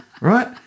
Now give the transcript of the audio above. Right